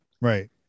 right